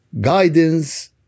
guidance